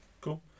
cool